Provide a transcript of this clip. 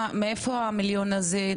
מאיפה המיליון הזה,